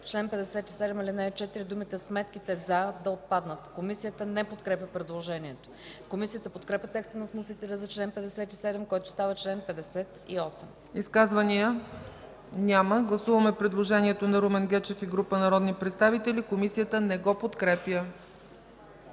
чл. 57, ал. 4 думите „сметките за” да отпаднат.” Комисията не подкрепя предложението. Комисията подкрепя текста на вносителя за чл. 57, който става чл. 58. ПРЕДСЕДАТЕЛ ЦЕЦКА ЦАЧЕВА: Изказвания? Няма. Гласуваме предложението на Румен Гечев и група народни представители, което Комисията не подкрепя.